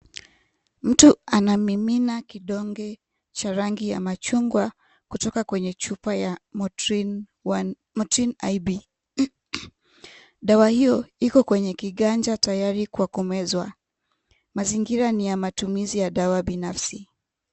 Mtu anamimina kidonge cha rangi ya machungwa kutoka kwenye chupa ya motrine IB , dawa hiyo iko kwenye kinganja tayari kuokomezwa mazingira ni ya matumizi ya dawa binafsi.